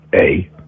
A-